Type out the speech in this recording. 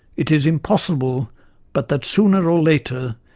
it is impossible but that, sooner or later,